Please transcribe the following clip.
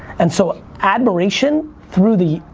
and so admiration through the,